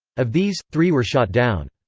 of these, three were shot down.